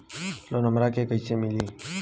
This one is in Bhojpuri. लोन हमरा के कईसे मिली?